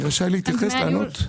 אני רשאי להתייחס, לענות?